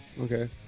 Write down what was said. okay